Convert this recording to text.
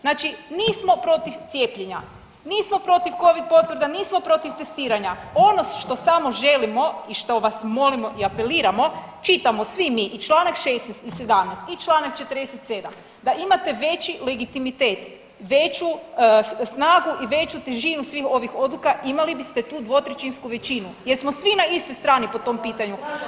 Znači nismo protiv cijepljenja, nismo protiv covid potvrda, nismo protiv testiranja, ono što samo želimo i što vas molimo i apeliramo čitamo svi mi i čl. 16. i 17. i čl. 47. da imate veći legitimitet, veću snagu i veću težinu svih ovih odluka imali biste tu dvotrećinsku većinu jer smo svi na istoj strani po tom pitanju.